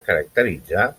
caracteritzar